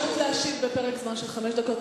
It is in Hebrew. תהיה לך אפשרות להשיב בפרק זמן של חמש דקות,